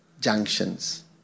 junctions